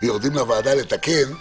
ויורדים לוועדה לתקן,